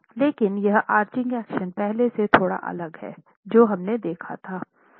लेकिन यह arching action पहले से थोड़ा अलग है जो हमने देखा था